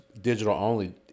digital-only